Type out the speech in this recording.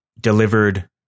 Delivered